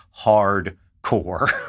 hardcore